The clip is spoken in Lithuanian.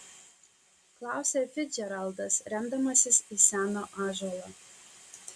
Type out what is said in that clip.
klausia ficdžeraldas remdamasis į seną ąžuolą